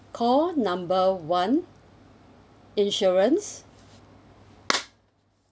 call number one insurance